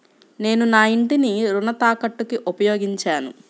నేను నా ఇంటిని రుణ తాకట్టుకి ఉపయోగించాను